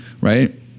right